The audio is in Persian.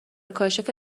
کاشف